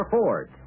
Ford